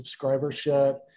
subscribership